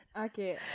Okay